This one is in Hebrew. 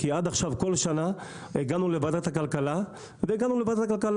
כי עד עכשיו כל שנה הגענו לוועדת הכלכלה והגענו לוועדת הכלכלה